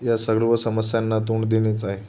या सर्व समस्यांना तोंड देणेच आहे